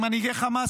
ממנהיגי חמאס,